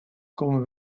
comme